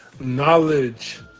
Knowledge